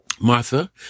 Martha